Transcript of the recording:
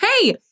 Hey